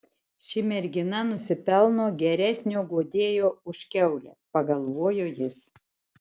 ši mergina nusipelno geresnio guodėjo už kiaulę pagalvojo jis